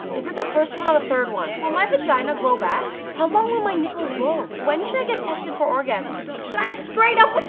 is it the first one or the third one? will my vagina grow back? how long will my nipples glow? when should i get tested for orgasms? like straight up, what